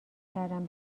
کردم